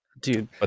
Dude